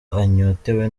anyotewe